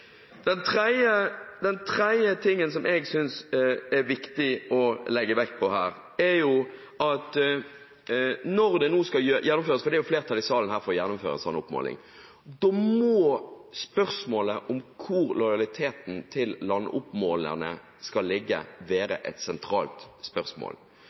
Den tredje tingen jeg synes er viktig å legge vekt på her, er at når dette nå skal gjennomføres – for det er jo flertall i salen for dette – må spørsmålet om hvor lojaliteten til landoppmålerne skal ligge, være et sentralt spørsmål.